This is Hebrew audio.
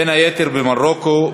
בין היתר במרוקו,